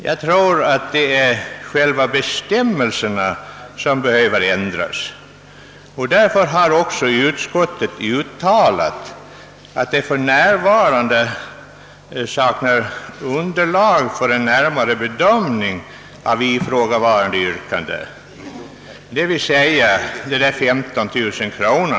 Det är nog själva bestämmelserna som behöver ändras, och därför har också utskottet uttalat, att det för närvarande saknar underlag för en närmare bedömning av ifrågavarande yrkande, d. v. s. yrkandet om en höjning till 15 000 kronor.